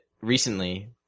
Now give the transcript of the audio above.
recently